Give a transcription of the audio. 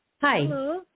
Hi